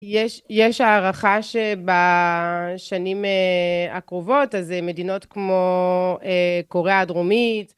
יש הערכה שבשנים הקרובות אז מדינות כמו קוריאה הדרומית